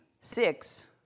six